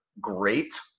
great